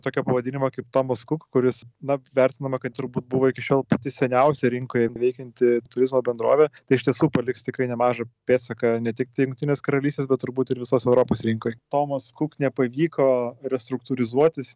tokio pavadinimo kaip tomas kuk kuris na vertinama kad turbūt buvo iki šiol pati seniausia rinkoje veikianti turizmo bendrovė tai iš tiesų paliks tikrai nemažą pėdsaką ne tiktai jungtinės karalystės bet turbūt ir visos europos rinkoj tomas kuk nepavyko restruktūrizuotis